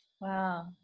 Wow